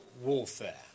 warfare